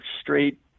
straight